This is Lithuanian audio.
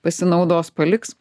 pasinaudos paliks